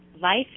life